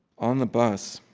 on the bus